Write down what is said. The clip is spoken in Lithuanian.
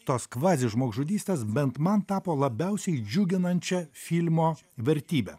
tos kvazižmogžudystės bent man tapo labiausiai džiuginančia filmo vertybe